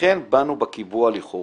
לכן באנו בקיבוע לכאורה,